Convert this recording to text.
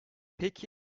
peki